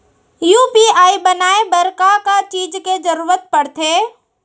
UPI बनाए बर का का चीज के जरवत पड़थे?